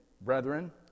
Brethren